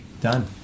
Done